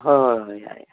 ꯍꯣꯏ ꯍꯣꯏ ꯍꯣꯏ ꯌꯥꯏ ꯌꯥꯏ